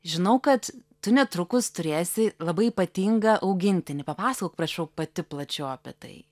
žinau kad tu netrukus turėsi labai ypatingą augintinį papasakok prašau pati plačiau apie tai